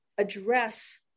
address